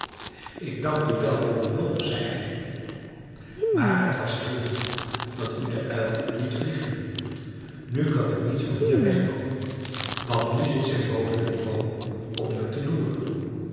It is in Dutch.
ik dank u wel voor uw hulp zei hij maar t was heel dom dat u de uil liet vliegen nu kan ik niet van hier wegkomen want nu zit zij boven in den boom op me te loeren